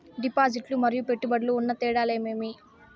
డిపాజిట్లు లు మరియు పెట్టుబడులకు ఉన్న తేడాలు ఏమేమీ?